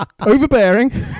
Overbearing